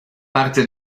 parte